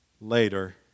later